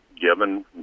given